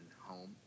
home